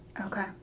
Okay